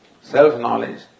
self-knowledge